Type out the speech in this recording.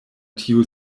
tio